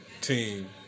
team